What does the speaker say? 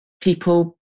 people